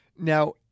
Now